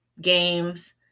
games